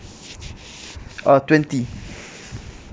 uh twenty